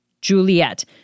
Juliet